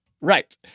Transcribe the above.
Right